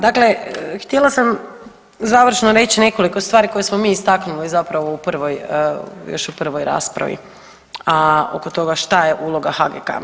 Dakle, htjela sam završno reći nekoliko stvari koje smo mi istaknuli zapravo još u prvoj raspravi, a oko toga što je uloga HGK-a.